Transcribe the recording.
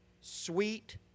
sweet